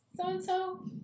so-and-so